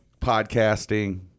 podcasting